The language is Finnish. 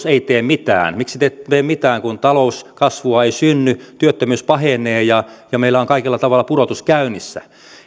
ei tee mitään miksi te ette tee mitään kun talouskasvua ei synny työttömyys pahenee ja meillä on kaikella tavalla pudotus käynnissä